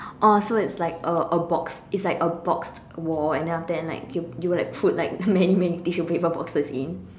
oh so it's like a a box it's like a boxed wall and then after that like you will put many many tissue paper boxes in